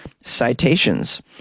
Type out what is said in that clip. citations